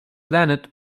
planet